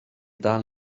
dal